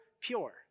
pure